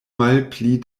malpli